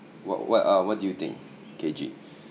what what uh what do you think K_G